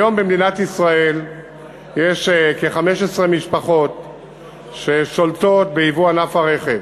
היום במדינת ישראל יש כ-15 משפחות ששולטות בענף ייבוא הרכב,